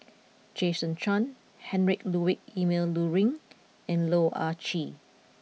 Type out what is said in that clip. Jason Chan Heinrich Ludwig Emil Luering and Loh Ah Chee